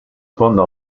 sponda